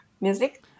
music